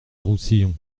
roussillon